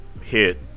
hit